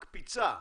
מקפיצה,